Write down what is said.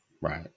Right